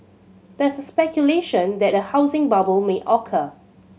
there is speculation that a housing bubble may occur